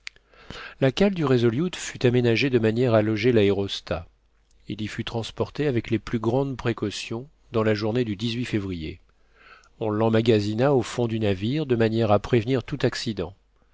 la cale du resolute fut aménagée de manière à loger l'aérostat il y fut transporté avec les plus grandes précautions dans la journée du février on l'emmagasina au fond du navire de manière à prévenir tout accident